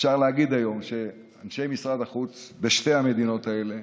אפשר להגיד היום שאנשי משרד החוץ בשתי המדינות האלה,